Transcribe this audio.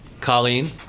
Colleen